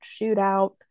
shootout